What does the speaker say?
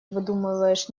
выдумываешь